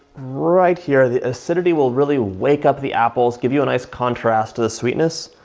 right here, the acidity will really wake up the apples give you a nice contrast to the sweetness.